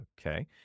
Okay